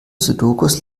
sudokus